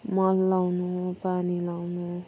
मल लाउनु पानी लाउनु